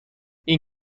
این